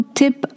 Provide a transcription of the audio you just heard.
tip